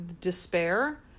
despair